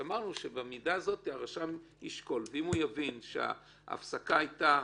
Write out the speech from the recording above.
אמרנו שהרשם ישקול, ואם הוא יבין שההפסקה הייתה